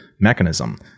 mechanism